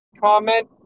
comment